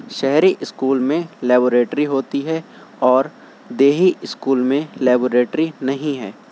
شہری اسکول میں لیباریٹری ہوتی ہے اور دیہی اسکول میں لیباریٹری نہیں ہے